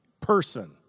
person